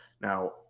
now